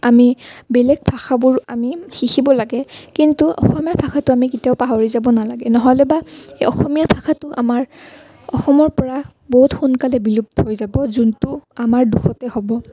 আমি বেলেগ ভাষাবোৰ আমি শিকিব লাগে কিন্তু অসমীয়া ভাষাটো আমি কেতিয়াও পাহৰি যাব নালাগে নহ'লেবা অসমীয়া ভাষাটো আমাৰ অসমৰ পৰা বহুত সোনকালে বিলুপ্ত হৈ যাব যোনটো আমাৰ দোষতে হ'ব